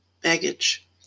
baggage